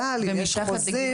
אבל אם יש חוזים